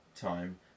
time